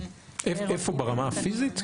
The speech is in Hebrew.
ברמה הפיזית כאילו?